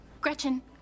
Gretchen